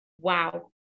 wow